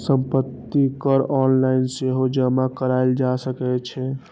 संपत्ति कर ऑनलाइन सेहो जमा कराएल जा सकै छै